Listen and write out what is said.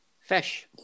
Fish